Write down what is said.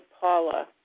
Paula